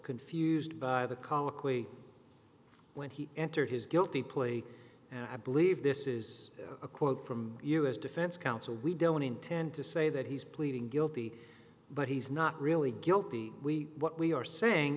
confused by the colloquy when he entered his guilty plea and i believe this is a quote from u s defense counsel we don't intend to say that he's pleading guilty but he's not really guilty we what we are saying